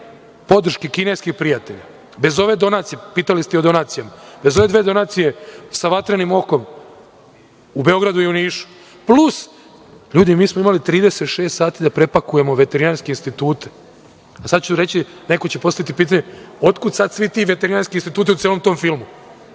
podrške kineskih prijatelja, bez ove donacije, pitali ste i o donacijama, bez ove dve donacije sa "Vatrenim okom" u Beogradu i u Nišu, plus, ljudi, mi smo imali 36 sati da prepakujemo veterinarske institute, a neko će postaviti pitanje - otkud sad svi ti veterinarski instituti u celom tom filmu,